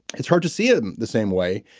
it's hard to see in the same way.